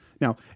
Now